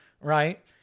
Right